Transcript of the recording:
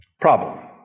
Problem